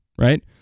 right